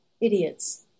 Idiots